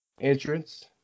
Entrance